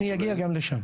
אני אגיע גם לשם.